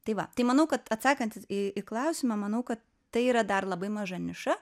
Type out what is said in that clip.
tai va tai manau kad atsakant į į klausimą manau kad tai yra dar labai maža niša